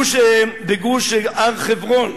בגוש הר חברון,